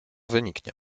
wyniknie